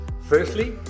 Firstly